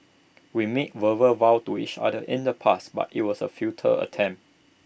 we made verbal vows to each other in the past but IT was A futile attempt